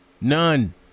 None